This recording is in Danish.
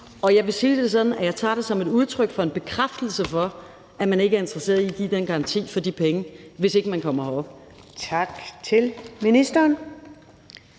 Jeg vil sige det sådan, at jeg tager det som et udtryk for en bekræftelse af, at man ikke er interesseret i at give den garanti for de penge, hvis man ikke kommer herop. Kl. 19:14 Første